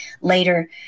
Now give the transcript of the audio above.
later